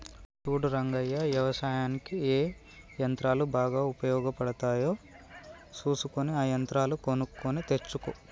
సూడు రంగయ్య యవసాయనిక్ ఏ యంత్రాలు బాగా ఉపయోగపడుతాయో సూసుకొని ఆ యంత్రాలు కొనుక్కొని తెచ్చుకో